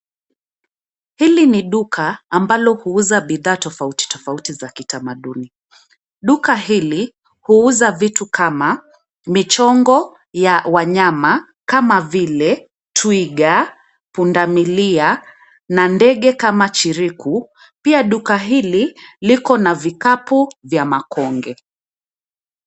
Hili ni duka ambalo huuza bidhaa tofauti tofauti za kitamaduni. Duka hili huuza vitu kama michongo ya wanyama kama vile twiga, punda milia na ndege kama chiriku. Pia duka hili liko na vikapu vya makonge.